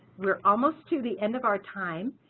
we're almost to the end of our time.